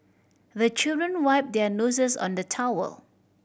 the children wipe their noses on the towel